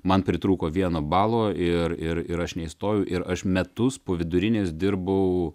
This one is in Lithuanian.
man pritrūko vieno balo ir ir ir aš neįstojau ir aš metus po vidurinės dirbau